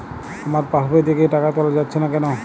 আমার পাসবই থেকে টাকা তোলা যাচ্ছে না কেনো?